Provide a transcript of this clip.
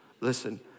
Listen